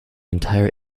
entire